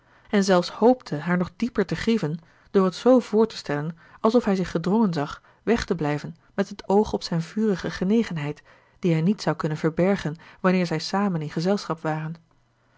en zelfs hoopte haar nog dieper te grieven door het zoo voor te stellen alsof hij zich gedrongen zag weg te blijven met het oog op zijn vurige genegenheid die hij niet zou kunnen verbergen wanneer zij samen in gezelschap waren